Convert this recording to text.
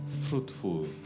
fruitful